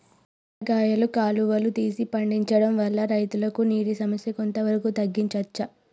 కూరగాయలు కాలువలు తీసి పండించడం వల్ల రైతులకు నీటి సమస్య కొంత వరకు తగ్గించచ్చా?